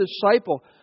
disciple